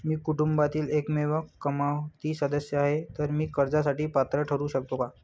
मी कुटुंबातील एकमेव कमावती सदस्य आहे, तर मी कर्जासाठी पात्र ठरु शकतो का?